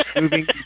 moving